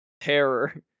terror